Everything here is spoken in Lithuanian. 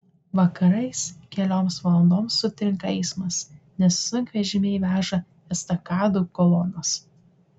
vakarais kelioms valandoms sutrinka eismas nes sunkvežimiai veža estakadų kolonas